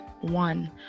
one